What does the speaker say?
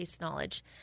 knowledge